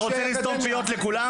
אתה רוצה לסתום פיות לכולם?